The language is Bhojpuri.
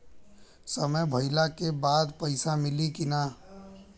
समय भइला के बाद पैसा मिली कि ना?